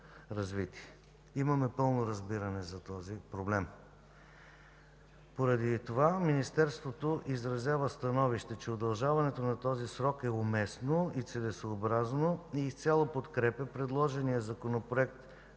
развитие. Имаме пълно разбиране по този проблем. Поради това Министерството изразява становище, че удължаването на този срок е уместно и целесъобразно, и изцяло подкрепя предложения Законопроект